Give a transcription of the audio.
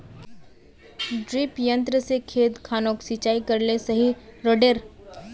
डिरिपयंऋ से खेत खानोक सिंचाई करले सही रोडेर?